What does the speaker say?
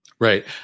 Right